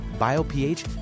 BioPH